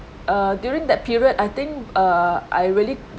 uh during that period I think uh I really b~